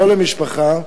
לא למשפחה,